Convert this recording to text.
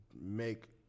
make